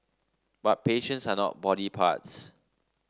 but patients are not body parts